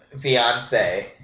fiance